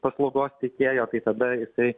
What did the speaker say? paslaugos teikėjo tai tada jau jisai